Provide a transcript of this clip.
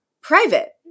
private